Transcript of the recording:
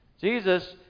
Jesus